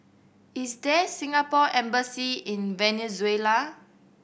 is there Singapore Embassy in Venezuela